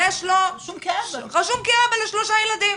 רשום כאבא לשלושה ילדים.